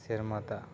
ᱥᱮᱨᱢᱟ ᱫᱟᱜ